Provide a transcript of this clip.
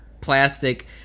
plastic